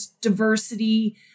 diversity